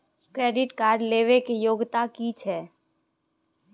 Credit card लेबै के योग्यता कि छै?